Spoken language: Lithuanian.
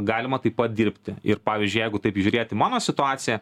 galima taip pat dirbti ir pavyzdžiui jeigu taip į žiūrėti mano situaciją